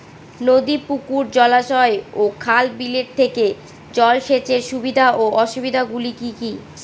নদী পুকুর জলাশয় ও খাল বিলের থেকে জল সেচের সুবিধা ও অসুবিধা গুলি কি কি?